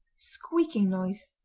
squeaking noise,